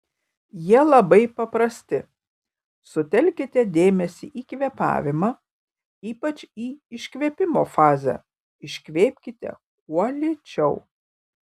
jie labai paprasti sutelkite dėmesį į kvėpavimą ypač į iškvėpimo fazę iškvėpkite kuo lėčiau